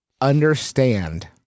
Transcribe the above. understand